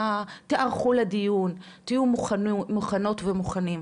תיערכו לדיון, תהיו מוכנות ומוכנים.